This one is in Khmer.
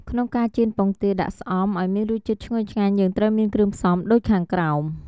ក្នុងការចៀនពងទាដាក់ស្អំឱ្យមានរសជាតិឈ្ងុយឆ្ងាញ់ យើងត្រូវមានគ្រឿងផ្សំដូចខាងក្រោម។